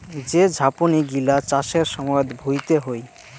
যে ঝাপনি গিলা চাষের সময়ত ভুঁইতে হই